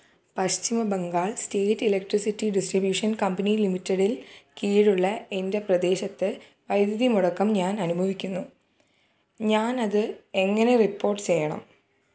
പശ്ചിമ Bengal state electricity distribution company ലിമിറ്റഡില് കീഴുള്ള എന്റെ പ്രദേശത്ത് വൈദ്യുതി മുടക്കം ഞാൻ അനുഭവിക്കുന്നു ഞാൻ അത് എങ്ങനെ റിപ്പോട്ട് ചെയ്യണം